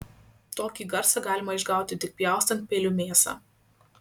tokį garsą galima išgauti tik pjaustant peiliu mėsą